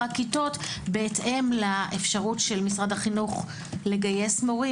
הכיתות בהתאם לאפשרות של משרד החינוך לגייס מורים,